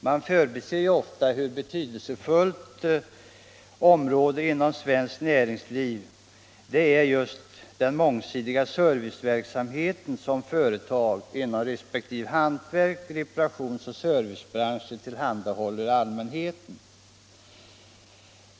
Man förbiser ofta att ett betydelsefullt område inom svenskt näringsliv är den mångsidiga serviceverksamhet som företag inom hantverk och reparations och servicebranscher tillhandahåller allmänheten.